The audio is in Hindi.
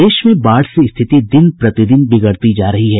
प्रदेश में बाढ़ से स्थिति दिनप्रति दिन बिगड़ती जा रही है